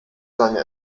seine